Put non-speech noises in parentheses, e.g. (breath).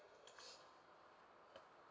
(breath)